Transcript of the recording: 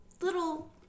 little